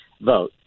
vote